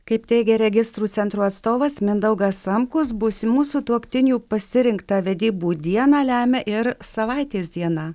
kaip teigia registrų centro atstovas mindaugas samkus būsimų sutuoktinių pasirinktą vedybų dieną lemia ir savaitės diena